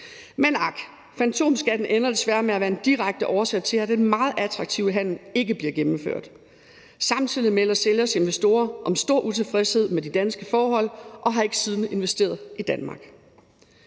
Men ak, fantomskatten ender desværre med at være en direkte årsag til, at den meget attraktive handel ikke bliver gennemført. Samtidig melder sælgers investorer om stor utilfredshed med de danske forhold og har ikke siden investeret i Danmark.